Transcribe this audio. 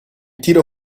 tiro